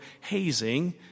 hazing